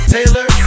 Taylor